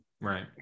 right